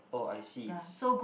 oh I see